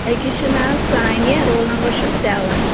أکِس چھُ ناو سانیا رول نمبر چھُس سیوَن